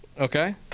okay